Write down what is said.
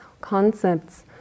concepts